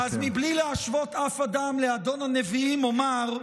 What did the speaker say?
אז בלי להשוות אף אדם לאדון הנביאים אומר: